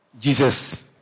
Jesus